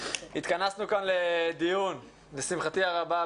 התכנסנו כאן לדיון לשמחתי הרבה,